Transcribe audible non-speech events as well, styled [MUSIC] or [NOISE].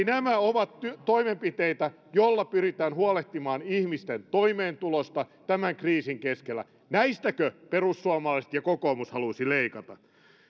[UNINTELLIGIBLE] nämä ovat toimenpiteitä joilla pyritään huolehtimaan ihmisten toimeentulosta tämän kriisin keskellä näistäkö perussuomalaiset ja kokoomus haluaisivat leikata